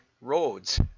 roads